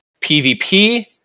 PvP